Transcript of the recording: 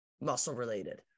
muscle-related